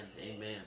Amen